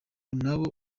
nabo